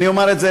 אני אומר את זה,